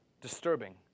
disturbing